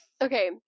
Okay